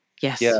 Yes